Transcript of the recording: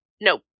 Nope